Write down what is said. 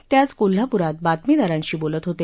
ते आज कोल्हाप्रात बातमीदारांशी बोलत होते